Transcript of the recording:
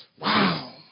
Wow